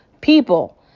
people